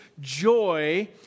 joy